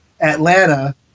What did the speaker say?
Atlanta